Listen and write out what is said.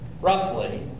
roughly